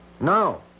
No